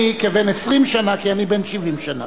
אני כבן 20 שנה, כי אני בן 70 שנה.